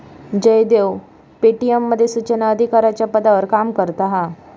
Jaydev Paytm मध्ये सुचना अधिकाराच्या पदावर काम करता हा